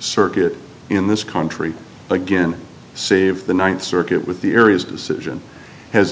circuit in this country again save the ninth circuit with the areas decision has